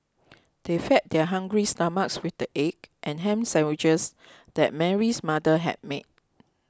they fed their hungry stomachs with the egg and ham sandwiches that Mary's mother had made